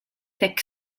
thick